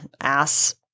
ass